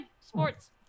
Sports